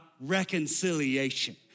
reconciliation